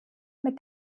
mit